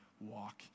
walk